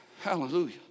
Hallelujah